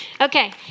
Okay